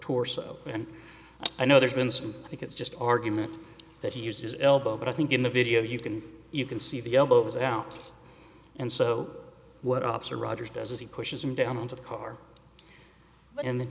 torso and i know there's been some i think it's just argument that he used his elbow but i think in the video you can you can see the elbows out and so what officer rogers does is he pushes him down into the car